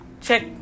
Check